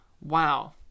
wow